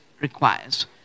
requires